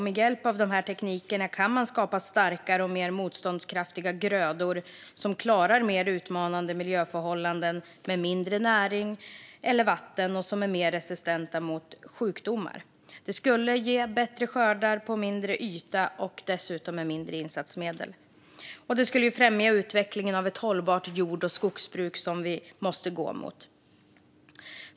Med hjälp av dessa tekniker kan man skapa starkare och mer motståndskraftiga grödor som klarar mer utmanande miljöförhållanden med mindre näring eller vatten och som är mer resistenta mot sjukdomar. Det skulle ge bättre skördar på mindre yta, dessutom med mindre insatsmedel. Det skulle också främja utvecklingen av ett hållbart jord och skogsbruk, som vi måste gå mot.